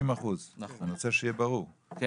אני רוצה שיהיה ברור, ל-50%?